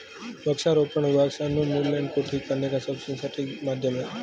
वृक्षारोपण वृक्ष उन्मूलन को ठीक करने का सबसे सटीक माध्यम है